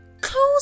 close